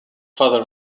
father